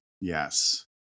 Yes